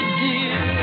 dear